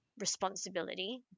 responsibility